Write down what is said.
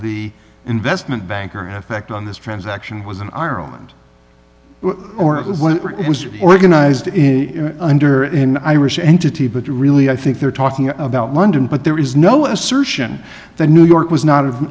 the investment banker have fact on this transaction was in ireland or it was when it was organized in under an irish entity but really i think they're talking about london but there is no assertion that new york was not